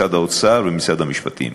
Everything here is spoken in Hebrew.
משרד האוצר ומשרד המשפטים.